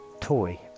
toy